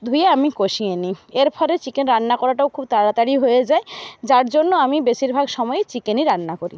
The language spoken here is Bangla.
ধুয়ে আমি কষিয়ে নিই এর ফলে চিকেন রান্না করাটাও খুব তাড়াতাড়ি হয়ে যায় যার জন্য আমি বেশিরভাগ সময় চিকেনই রান্না করি